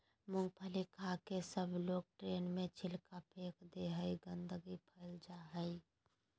मूँगफली खाके सबलोग ट्रेन में छिलका फेक दे हई, गंदगी फैल जा हई